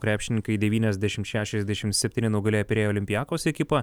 krepšininkai devyniasdešim šešiasdešim septyni nugalėjo pirėjo olympiakos ekipą